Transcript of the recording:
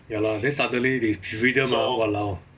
ya lor then suddenly they freedom ah !walao!